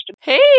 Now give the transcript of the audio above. Hey